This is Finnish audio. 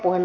asia